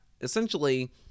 essentially